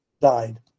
died